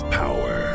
power